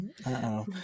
-oh